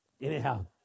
Anyhow